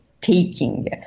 taking